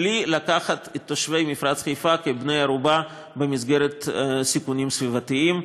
בלי לקחת את תושבי מפרץ חיפה כבני ערובה במסגרת סיכונים סביבתיים.